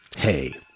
Hey